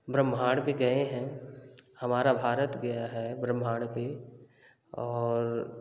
ब्रह्माण्ड पे गए हैं हमारा भारत गया है ब्रह्माण्ड पे और